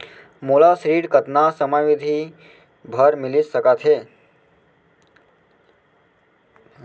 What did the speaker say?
मोला ऋण कतना समयावधि भर मिलिस सकत हे?